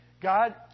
God